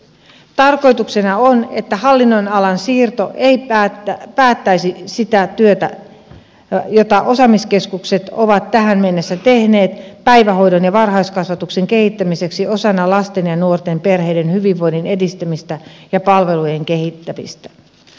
tarkoituksena on että hallinnonalan siirto ei päättäisi sitä työtä jota osaamiskeskukset ovat tähän mennessä tehneet päivähoidon ja varhaiskasvatuksen kehittämiseksi osana lasten ja nuorten perheiden hyvinvoinnin edistämistä ja palvelujen kehittämistä